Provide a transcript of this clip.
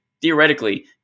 theoretically